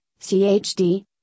CHD